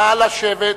נא לשבת.